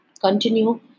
continue